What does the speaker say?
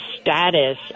status